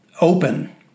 open